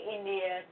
India